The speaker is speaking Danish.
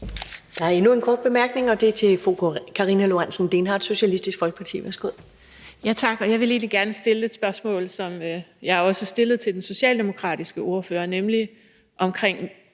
Der er endnu en kort bemærkning, og den er til fru Karina Lorentzen Dehnhardt, Socialistisk Folkeparti. Værsgo. Kl. 10:22 Karina Lorentzen Dehnhardt (SF): Tak. Jeg vil egentlig gerne stille et spørgsmål, som jeg også stillede til den socialdemokratiske ordfører, nemlig om